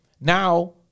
Now